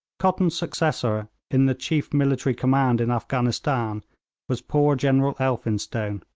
cotton's successor in the chief military command in afghanistan was poor general elphinstone,